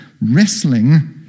wrestling